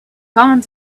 gone